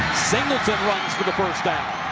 singleton runs for the first down.